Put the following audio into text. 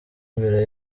imbere